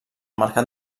mercat